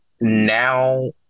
now